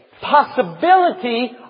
possibility